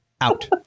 out